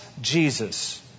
Jesus